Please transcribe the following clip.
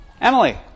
Emily